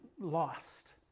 lost